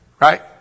right